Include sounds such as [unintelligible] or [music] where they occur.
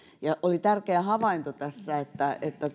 ja oli tärkeä havainto tässä että että [unintelligible]